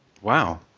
wow